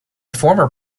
former